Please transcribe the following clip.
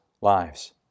lives